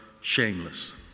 shameless